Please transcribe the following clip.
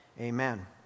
Amen